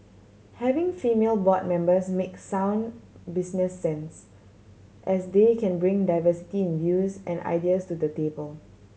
having female board members makes sound business sense as they can bring diversity in views and ideas to the table